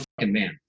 man